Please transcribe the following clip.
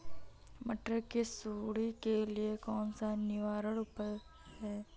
मटर की सुंडी के लिए कौन सा निवारक उपाय है?